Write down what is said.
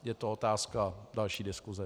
Je to otázka další diskuse.